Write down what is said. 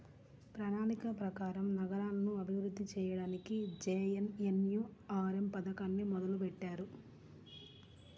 ప్రణాళిక ప్రకారం నగరాలను అభివృద్ధి చెయ్యడానికి జేఎన్ఎన్యూఆర్ఎమ్ పథకాన్ని మొదలుబెట్టారు